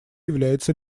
является